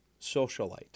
socialite